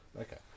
okay